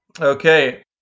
okay